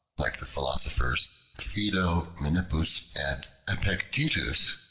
like the philosophers phaedo, menippus, and epictetus,